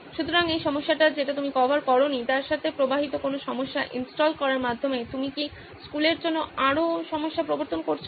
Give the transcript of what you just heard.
সুতরাং এই সমস্যাটি যেটি তুমি কভার করোনি তার সাথে প্রবাহিত কোনো সমস্যা ইনস্টল করার মাধ্যমে তুমি কি স্কুলের জন্য আরো সমস্যা প্রবর্তন করছো